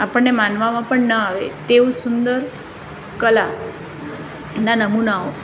આપણને માનવામાં પણ ન આવે એવું સુંદર કલાના નમુનાઓ